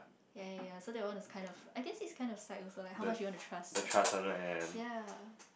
ya ya ya so that one is kind of I guess is kind of like also like how much you wanna trust that's what ya